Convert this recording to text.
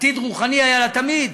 עתיד רוחני היה לה תמיד,